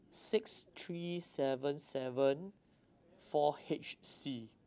six three seven seven four H C